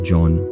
John